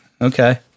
Okay